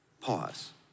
Pause